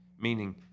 meaning